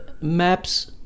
maps